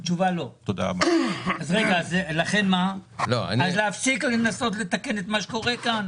בגלל זה להפסיק לנסות לתקן את מה שקורה כאן?